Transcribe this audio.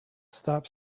stop